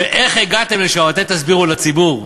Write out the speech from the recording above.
ואיך הגעתם לשם אתם תסבירו לציבור.